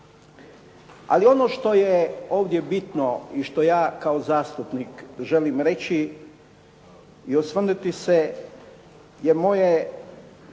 Ali ono što je ovdje bitno i što ja kao zastupnik želim reći i osvrnuti se je moje